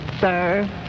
sir